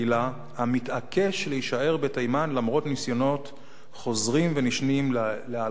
הקהילה היהודית בתימן מונה כ-200 איש.